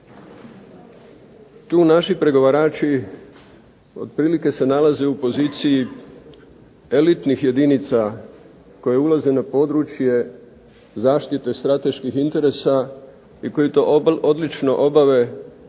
Tu naši pregovarači otprilike se nalaze u poziciji elitnih jedinica koje ulaze na područje zaštite strateških interesa i koje to odlično obave